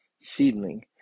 seedling